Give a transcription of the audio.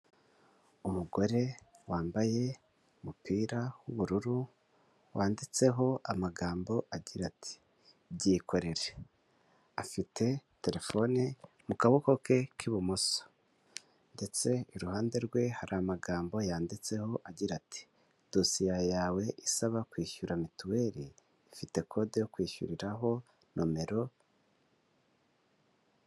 Umugore wambaye umupira w'ubururu wanditseho amagambo agira ati byikorere, afite terefone mu kaboko ke k'ibumoso ndetse iruhande rwe hari amagambo yanditseho agira ati dosiye yawe isaba kwishyura mituweli ifite kode yo kwishyuriraho nomero.